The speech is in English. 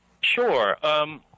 Sure